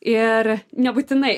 ir nebūtinai